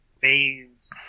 phase